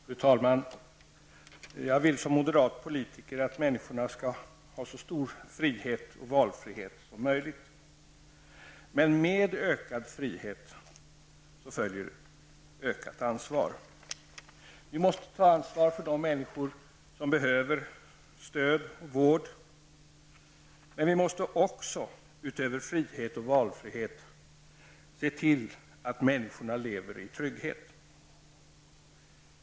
Fru talman! Jag vill, som moderat politiker, att människorna skall ha så stor frihet och valfrihet som möjligt. Men med ökad frihet följer ökat ansvar. Vi måste ta ansvar för de människor som behöver stöd och vård, men vi måste också, utöver frihet och valfrihet, se till att människorna lever i trygghet.